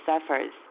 suffers